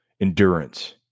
endurance